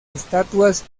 estatuas